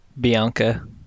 Bianca